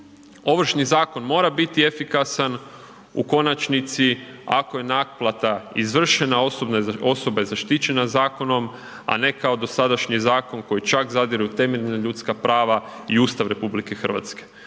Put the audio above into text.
ovršni zakon mora biti efikasan u konačnici, ako je naplata izvršena, osoba je zaštićena zakonom a ne kao dosadašnji zakon koji čak zadire u temeljna ljudska prava i Ustav RH. Evo smatram